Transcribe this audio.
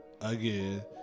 again